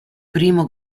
primo